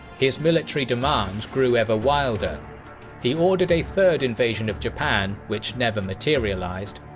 his military demands grew ever wilder he ordered a third invasion of japan, which never materialized,